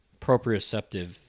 proprioceptive